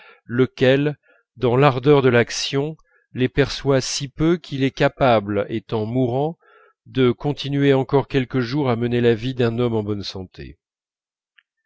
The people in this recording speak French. lequel dans l'ardeur de l'action les perçoit si peu qu'il est capable étant mourant de continuer encore quelques jours à mener la vie d'un homme en bonne santé